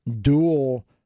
dual